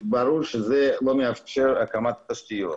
ברור שזה לא מאפשר הקמת תשתיות.